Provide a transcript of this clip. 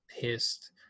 pissed